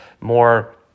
more